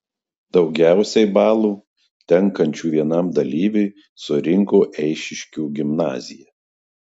daugiausiai balų tenkančių vienam dalyviui surinko eišiškių gimnazija